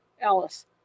Alice